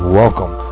welcome